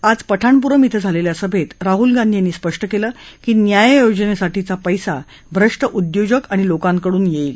आज पठाणपूरम ीं झालेल्या सभेत राहुल गांधी यांनी स्पष्ट केलं की न्याय योजनेसाठीचा पैसा भ्रष्ट उद्योजक आणि लोकांकडून येईल